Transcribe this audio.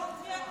אנו עוברים